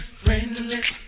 friendless